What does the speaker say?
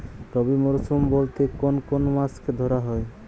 রবি মরশুম বলতে কোন কোন মাসকে ধরা হয়?